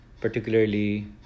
particularly